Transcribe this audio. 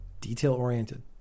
detail-oriented